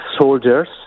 soldiers